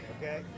okay